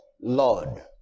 Lord